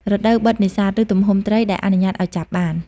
រដូវបិទនេសាទ ឬទំហំត្រីដែលអនុញ្ញាតឲ្យចាប់បាន។